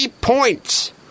points